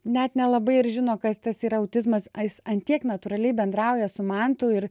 net nelabai ir žino kas tas yra autizmas jis ant kiek natūraliai bendrauja su mantu ir